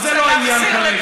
אז זה לא העניין כרגע.